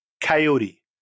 Coyote